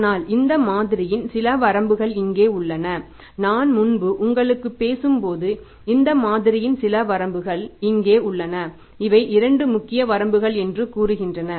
ஆனால் இந்த மாதிரியின் சில வரம்புகள் இங்கே உள்ளன நான் முன்பு உங்களுடன் பேசும்போது இந்த மாதிரியின் சில வரம்புகள் இங்கே உள்ளன இவை 2 முக்கிய வரம்புகள் என்று கூறுகின்றன